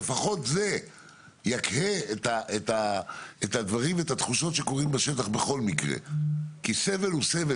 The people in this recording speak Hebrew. ולפחות זה יקהה את הדברים ואת התחושות בשטח בכול מקרה כי סבל הוא סבל